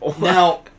Now